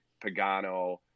Pagano